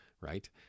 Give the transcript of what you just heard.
right